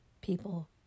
people